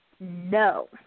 No